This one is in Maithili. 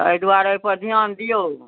एहि दुआरे बढ़िऑं दियौ